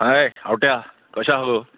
हाय आवट्या कशें आहा गो